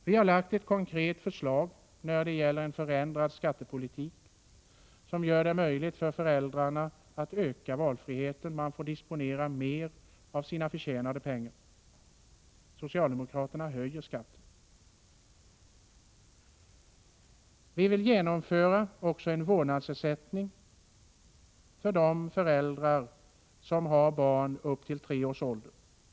Vi har lagt fram ett konkret förslag när det gäller en förändrad skattepolitik, som gör det möjligt för föräldrarna att öka valfriheten. Man får disponera mer av sina förtjänade pengar. Socialdemokraterna höjer skatten. Vi vill genomföra också en vårdnadsersättning för de föräldrar som har barn under treårsåldern.